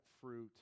fruit